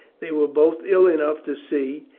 they were both ill enough to see,